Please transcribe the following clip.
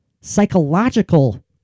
psychological